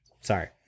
Sorry